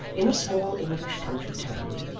in a small english country town,